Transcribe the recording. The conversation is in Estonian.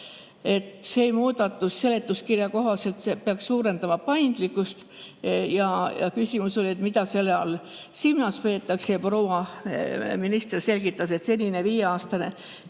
See muudatus seletuskirja kohaselt peaks suurendama paindlikkust. Küsimus oli, et mida selle all silmas peetakse. Proua minister selgitas, et senine viieaastane